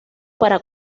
para